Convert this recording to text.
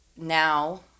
now